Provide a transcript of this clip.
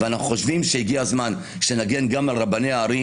אנחנו חושבים שהגיע הזמן שנגן גם על רבני ערים